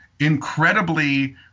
incredibly